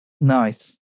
nice